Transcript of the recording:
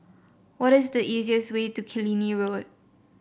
what is the easiest way to Killiney Road